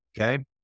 Okay